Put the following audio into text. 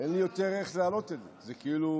יש סיטואציות בפוליטיקה הישראלית שצריך